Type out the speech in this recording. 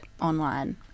online